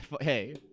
Hey